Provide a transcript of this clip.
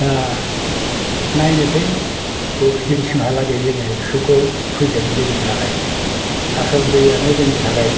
दा नायनोसै बबे दिनसिमहालागै जोङो सुखआव फैगोन दैनि थाखाय आसोल दैयानो जोंनि थाखाय